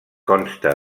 consta